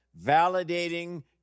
validating